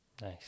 Nice